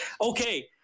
Okay